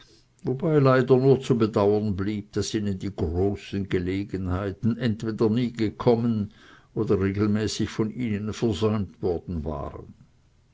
wobei leider nur zu bedauern blieb daß ihnen die großen gelegenheiten entweder nie gekommen oder regelmäßig von ihnen versäumt worden waren